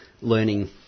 learning